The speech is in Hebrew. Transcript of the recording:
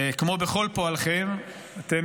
כמו בכל פועלכם, אתם